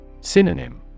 Synonym